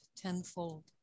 tenfold